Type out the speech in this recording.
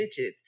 bitches